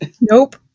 Nope